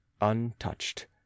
untouched